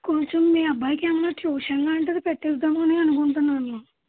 కొంచెం మీ అబ్బాయికేమన్నా ట్యూషన్ లాంటిది పెట్టిద్దామని అనుకుంటన్నాను